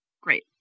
Great